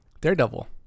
Daredevil